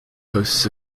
hosts